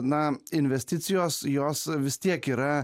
na investicijos jos vis tiek yra